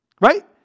right